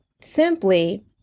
simply